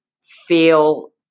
feel